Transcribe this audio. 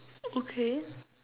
okay